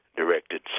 directed